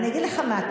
אני אגיד לך מה,